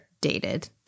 dated